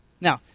Now